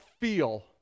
feel